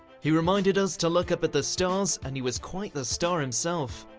he reminded us to look up at the stars and he was quite the star himself.